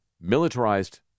militarized